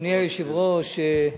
אדוני היושב-ראש,